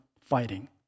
fighting